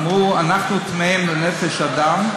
אמרו: אנחנו טמאים לנפש אדם,